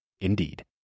Indeed